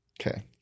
Okay